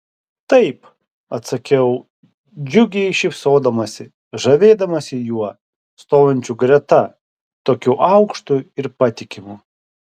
taip atsakiau džiugiai šypsodamasi žavėdamasi juo stovinčiu greta tokiu aukštu ir patikimu